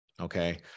Okay